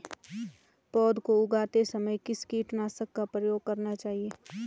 पौध को उगाते समय किस कीटनाशक का प्रयोग करना चाहिये?